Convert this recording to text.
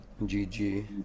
GG